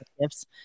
gifts